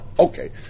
Okay